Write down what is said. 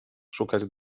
szukać